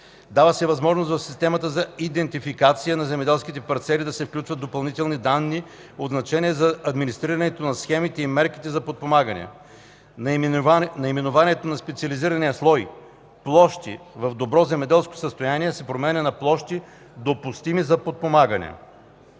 Дава се възможност в Системата за идентификация на земеделски парцели да се включат допълнителни данни от значение за администрирането на схемите и мерките за подпомагане. Наименованието на специализирания слой „Площи в добро земеделско състояние” се променя на „Площи, допустими за подпомагане“.